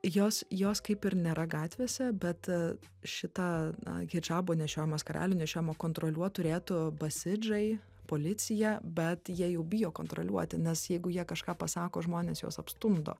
jos jos kaip ir nėra gatvėse bet šitą na hidžabo nešiojimą skarelių nešiojimą kontroliuot turėtų basidžai policija bet jie jau bijo kontroliuoti nes jeigu jie kažką pasako žmonės juos apstumdo